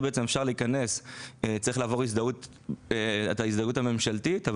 צריך לעבור את ההזדהות הממשלתית.